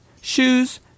shoes